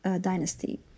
dynasty